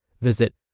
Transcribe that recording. Visit